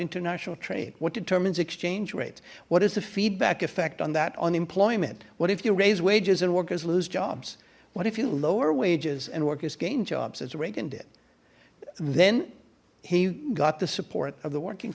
international trade what determines exchange rates what is the feedback effect on that unemployment what if you raise wages and workers lose jobs what if you lower wages and workers gain jobs as reagan did then he got the support of the working